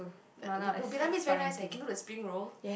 Viet~ Vietnamese is very nice leh can do the spring roll